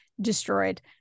destroyed